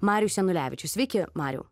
marius janulevičius sveiki mariau